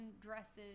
dresses